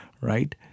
right